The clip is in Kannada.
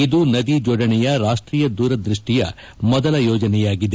ಇದು ನದಿ ಜೋಡಣೆಯ ರಾಷ್ಟೀಯ ದೂರದೃಷ್ಟಿಯ ಮೊದಲ ಯೋಜನೆಯಾಗಿದೆ